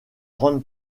grande